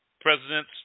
President